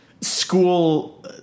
school